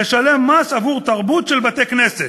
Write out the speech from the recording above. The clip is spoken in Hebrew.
לשלם מס עבור תרבות של בתי-כנסת?"